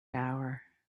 hour